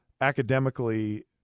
academically